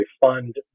fund